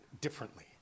differently